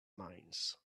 minds